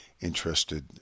interested